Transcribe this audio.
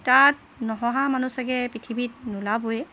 তাত নহঁহা মানুহ চাগে পৃথিৱীত নোলাবয়ে